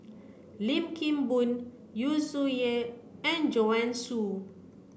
Lim Kim Boon Yu Zhuye and Joanne Soo